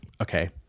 okay